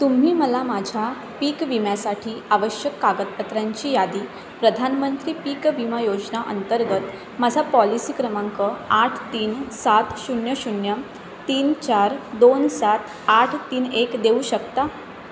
तुम्ही मला माझ्या पीक विम्यासाठी आवश्यक कागदपत्रांची यादी प्रधानमंत्री पीक विमा योजना अंतर्गत माझा पॉलिसी क्रमांक आठ तीन सात शून्य शून्य तीन चार दोन सात आठ तीन एक देऊ शकता